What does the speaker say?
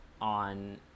on